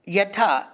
यथा